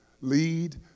lead